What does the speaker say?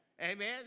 Amen